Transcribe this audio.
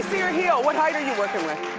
your heel. what height are you working with?